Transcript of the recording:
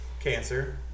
cancer